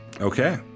okay